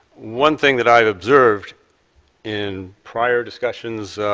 one thing that i've observed in prior discussions